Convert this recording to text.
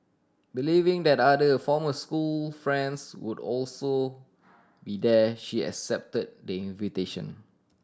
believing that other former school friends would also be there she accepted the invitation